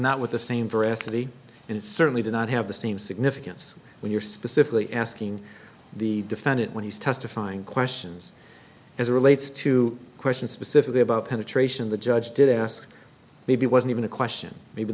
not with the same veracity and it certainly did not have the same significance when you're specifically asking the defendant when he's testifying questions as relates to questions specifically about penetration the judge did ask maybe wasn't even a question maybe